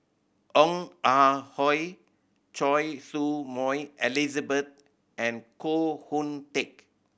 Ong Ah Hoi Choy Su Moi Elizabeth and Koh Hoon Teck